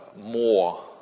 more